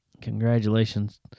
Congratulations